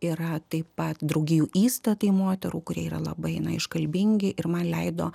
yra taip pat draugijų įstatai moterų kurie yra labai na iškalbingi ir man leido